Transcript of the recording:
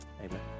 Amen